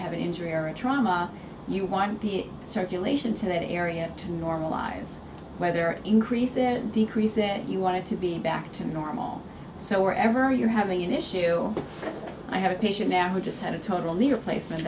have an injury or a trauma you want the circulation to the area to normalize where they are increasing decreasing that you wanted to be back to normal so wherever you're having an issue i have a patient now who just had a total knee replacement